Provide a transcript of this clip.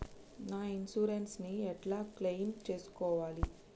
నా ఇన్సూరెన్స్ ని ఎట్ల క్లెయిమ్ చేస్కోవాలి?